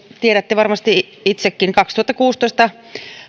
tiedätte varmasti sen itsekin että kaksituhattakuusitoista